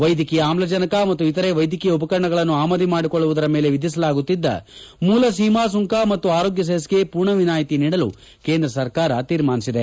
ವೈದ್ಯಕೀಯ ಆಮ್ಲಜನಕ ಮತ್ತು ಇತರೆ ವೈದ್ಯಕೀಯ ಉಪಕರಣಗಳನ್ನು ಆಮದು ಮಾಡಿಕೊಳ್ಳುವುದರ ಮೇಲೆ ವಿಧಿಸಲಾಗುತ್ತಿದ್ದ ಮೂಲ ಸೀಮಾ ಸುಂಕ ಮತ್ತು ಆರೋಗ್ಯ ಸೆಸ್ಗೆ ಪೂರ್ಣ ವಿನಾಯಿತಿ ನೀಡಲು ಕೇಂದ್ರ ಸರ್ಕಾರ ತೀರ್ಮಾನಿಸಿದೆ